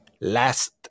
last